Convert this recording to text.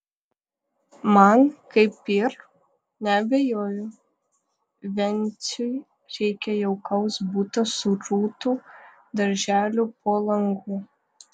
man kaip ir neabejoju venciui reikia jaukaus buto su rūtų darželiu po langu